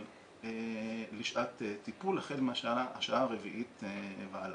לשעת טיפול החל מהשעה הרביעית והלאה.